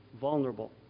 vulnerable